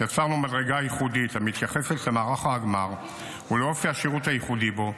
יצרנו מדרגה ייחודית המתייחסת למערך ההגמ"ר ולאופי השירות הייחודי בו.